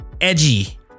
edgy